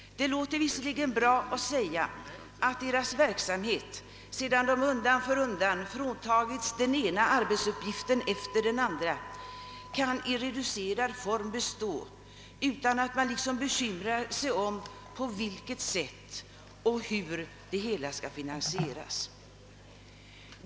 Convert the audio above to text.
Det låter visserligen bra att säga att deras verksamhet, sedan de undan för undan fråntagits den ena arbetsuppgiften efter den andra, kan i reducerad form bestå utan att man liksom bekymrar sig om på vilket sätt och hur det hela skall finansieras.